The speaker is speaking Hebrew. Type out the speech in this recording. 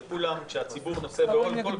כשכולם, כשהציבור נושא בעול כל כך כבד.